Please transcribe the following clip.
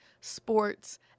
sports